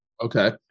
Okay